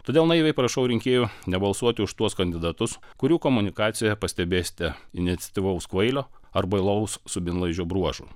todėl naiviai prašau rinkėjų nebalsuoti už tuos kandidatus kurių komunikacijoje pastebėsite iniciatyvaus kvailio ar bailaus subinlaižio bruožų